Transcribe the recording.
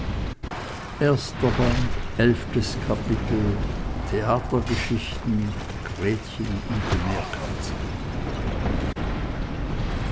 elftes kapitel theatergeschichten gretchen und die meerkatze